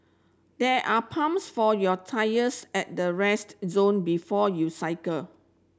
there are pumps for your tyres at the rest zone before you cycle